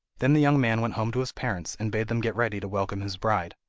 then the young man went home to his parents, and bade them get ready to welcome his bride.